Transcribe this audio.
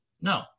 no